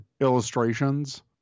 illustrations